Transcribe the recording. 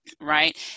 Right